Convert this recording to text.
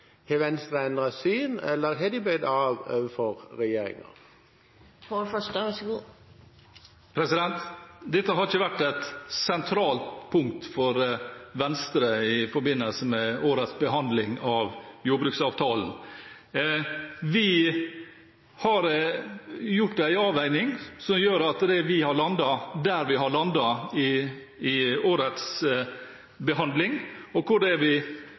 Har Venstre endret syn, eller har de bøyd av for regjeringen? Dette har ikke vært et sentralt punkt for Venstre i forbindelse med årets behandling av jordbruksavtalen. Vi har gjort en avveining som gjør at vi har landet der vi har landet i årets behandling. Som representanten Omland sikkert også har fått med seg, er vi